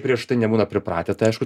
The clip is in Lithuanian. prieš tai nebūna pripratę tai aišku